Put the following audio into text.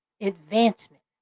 advancement